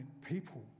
people